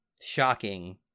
shocking